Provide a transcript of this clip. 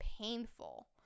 painful